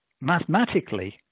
mathematically